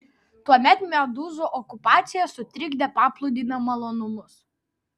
tuomet medūzų okupacija sutrikdė paplūdimio malonumus